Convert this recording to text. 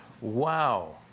Wow